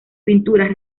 pinturas